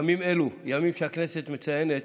ימים אלו, הימים שהכנסת מציינת,